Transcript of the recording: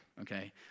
okay